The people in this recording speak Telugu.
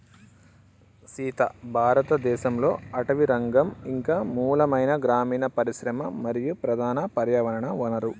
సీత భారతదేసంలో అటవీరంగం ఇంక మూలమైన గ్రామీన పరిశ్రమ మరియు ప్రధాన పర్యావరణ వనరు